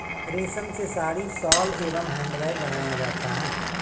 रेश्म से साड़ी, शॉल एंव हैंड बैग बनाया जाता है